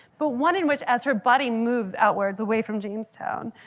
but one in which as her body moves outwards away from jamestown,